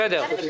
משרד המשפטים.